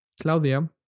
Claudia